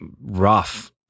rough